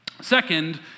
Second